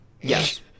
Yes